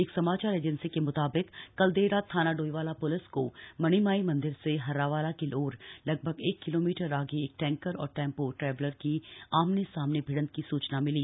एक समाचार एजेंसी के मुताबिक कल देर रात थाना डोईवाला प्लिस को मणिमाई मंदिर से हर्रावाला की ओर लगभग एक किलोमीटर आगे एक टैंकर और टेम्पो ट्रैवलर की आमने सामने भिड़ंत की सूचना मिली